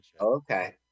okay